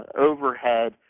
overhead